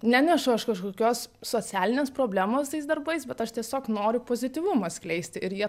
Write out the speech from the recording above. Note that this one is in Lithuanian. nenešu aš kažkokios socialinės problemos tais darbais bet aš tiesiog noriu pozityvumą skleisti ir jie